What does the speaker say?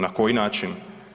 Na koji način?